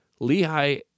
Lehi